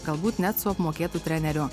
galbūt net su apmokėtu treneriu